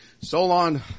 Solon